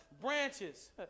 Branches